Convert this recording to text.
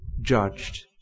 judged